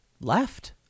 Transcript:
left